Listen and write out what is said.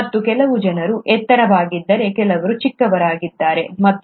ಮತ್ತು ಕೆಲವು ಜನರು ಎತ್ತರವಾಗಿದ್ದರೆ ಕೆಲವರು ಚಿಕ್ಕವರಾಗಿದ್ದರೆ ಹೇಗೆ